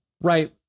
right